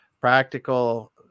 practical